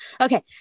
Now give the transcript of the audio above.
Okay